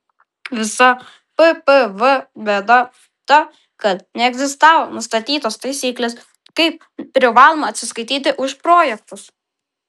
visa ppv bėda ta kad neegzistavo nustatytos taisyklės kaip privaloma atsiskaityti už projektus